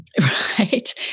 Right